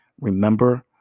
remember